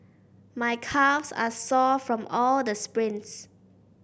my calves are sore from all the sprints